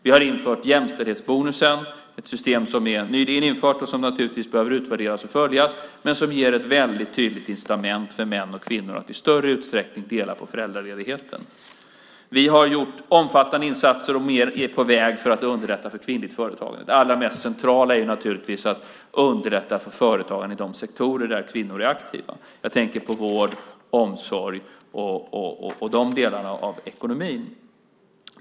Vi har infört jämställdhetsbonusen. Det är ett system som är nyligen infört och som naturligtvis behöver utvärderas och följas. Men det är ett väldigt tydligt incitament för män och kvinnor att i stor utsträckning dela på föräldraledigheten. Vi har gjort omfattande insatser och mer är på väg för att underlätta för kvinnligt företagande. Det allra mest centrala är att underlätta för företagande i de sektorer där kvinnor är aktiva. Jag tänker på vård, omsorg och de delarna av ekonomin.